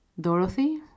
Dorothy